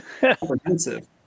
comprehensive